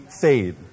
fade